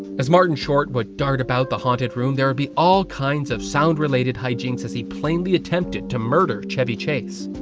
as martin short would dart about the haunted room, there would be all kinds of sound related hijinks as he plainly attmpted to murder chevy chase.